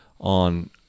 on